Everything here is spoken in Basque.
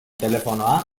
telefonoa